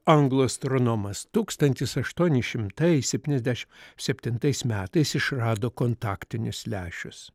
anglų astronomas tūkstantis aštuoni šimtai septyniasdešimt septintais metais išrado kontaktinius lęšius